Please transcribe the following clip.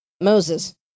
Moses